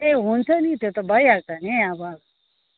ए हुन्छ नि त्यो त भइहाल्छ नि अब